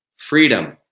freedom